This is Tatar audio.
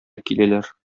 киләләр